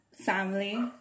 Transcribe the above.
family